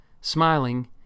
Smiling